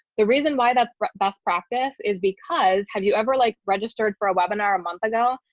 the reason why that's best practice is because have you ever like registered for a webinar a month ago,